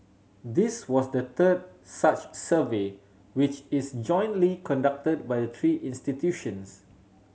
this was the third such survey which is jointly conduct by the three institutions